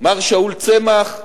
מר שאול צמח,